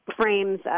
frames